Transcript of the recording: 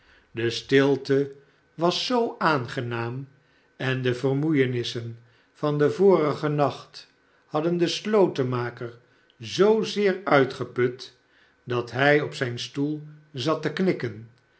de stilte was zoo aangenaam en de vermoeienissen van den vorigen nacht hadden den slotenmaker zoozeer uitgeput dat hij op zijn stoel zat te knikken